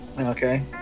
Okay